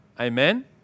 Amen